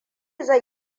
zai